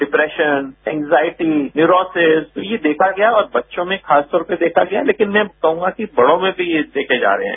depression anxiety तो ये देखा गया है और बच्चों में खासतौर पर देखा गया लेकिन मैं कहूंगा कि बड़ों में भी यह देखे जा रहे हैं